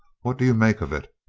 what do you make of it?